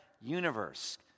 universe